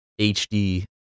HD